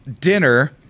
dinner